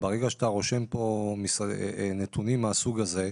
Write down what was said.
ברגע שאתה רושם פה נתונים מהסוג הזה,